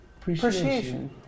appreciation